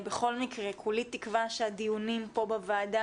בכל מקרה כולי תקווה שהדיונים פה בוועדה